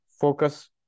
focus